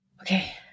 okay